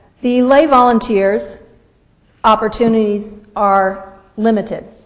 the lay volunteers' opportunities are limited.